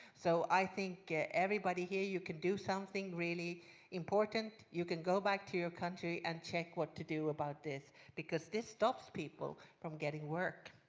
so i think everybody here, you can do something really important. you can go back to your country and check what to do about this because this stops people from getting work.